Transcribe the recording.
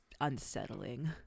unsettling